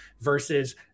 versus